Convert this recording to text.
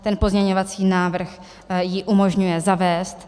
Ten pozměňovací návrh ji umožňuje zavést.